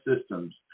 systems